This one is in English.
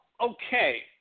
okay